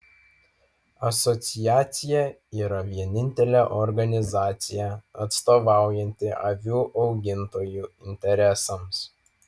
asociacija yra vienintelė organizacija atstovaujanti avių augintojų interesams